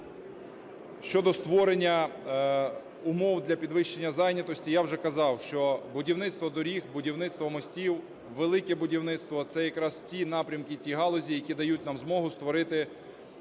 Щодо створення умов для підвищення зайнятості. Я вже казав, що будівництво доріг, будівництво мостів, велике будівництво – це якраз ті напрямки, ті галузі, які дають нам змогу створити